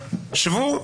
שבו,